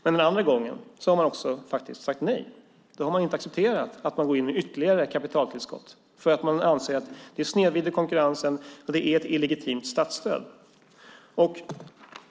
Men den andra gången har den sagt nej. Den har inte accepterat att man går in med ytterligare ett kapitaltillskott. Den anser att man snedvrider konkurrensen och att det är ett illegitimt statsstöd.